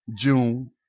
June